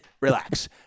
Relax